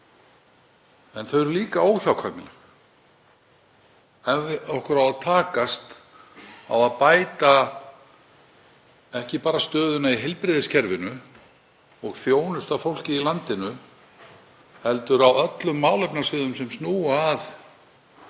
en þau eru líka óhjákvæmileg ef okkur á að takast að bæta stöðuna og ekki bara stöðuna í heilbrigðiskerfinu og þjónustu við fólkið í landinu heldur á öllum málefnasviðum sem snúa að